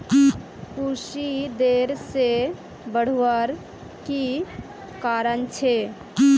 कुशी देर से बढ़वार की कारण छे?